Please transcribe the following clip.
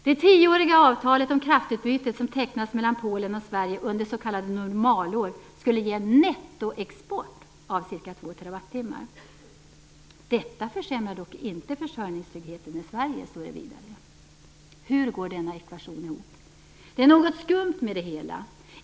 Det tioåriga avtalet om kraftutbyte, som har tecknats mellan Polen och Sverige under s.k. normalår, skulle ge en nettoexport om ca 2 TWh. Detta försämrar dock inte försörjningstryggheten i Sverige, står det vidare. Hur går denna ekvation ihop? Det är något skumt med det hela.